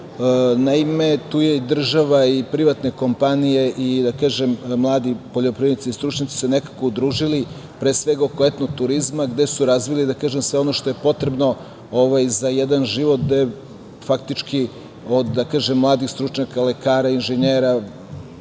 naime tu je i država i privatne kompanije i da kažem mladi poljoprivrednici, stručnjaci su se nekako udružili, pre svega, oko etno turizma gde su razvili da kažem sve ono što je potrebno za jedan život gde faktički, da kažem, od mladih stručnjaka, lekara, inženjera,